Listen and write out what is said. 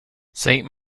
saint